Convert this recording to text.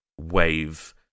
wave